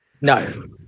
No